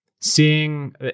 seeing